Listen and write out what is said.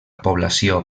població